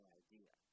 idea